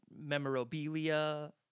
memorabilia